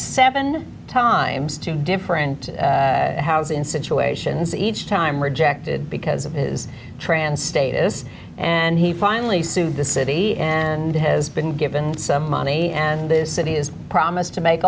seven times to different house in situations each time rejected because of his trance state is and he finally sued the city and has been given some money and this city is promised to make